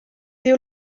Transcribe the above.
diu